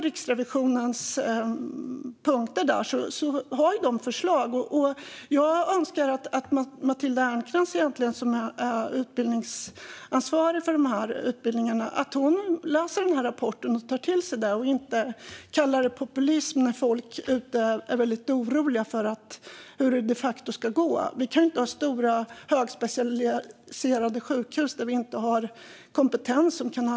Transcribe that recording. Riksrevisionen har förslag i sin rapport. Jag önskar att Matilda Ernkrans, som är ansvarig för de här utbildningarna, läser och tar till sig rapporten och inte kallar det populism när folk är väldigt oroliga för hur det de facto ska gå. Vi kan ju inte ha stora högspecialiserade sjukhus där det saknas kompetent personal.